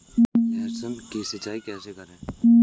लहसुन की सिंचाई कैसे करें?